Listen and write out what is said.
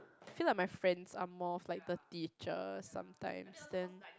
I feel like my friends are more of like the teachers sometimes then